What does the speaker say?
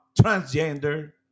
transgender